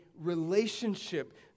relationship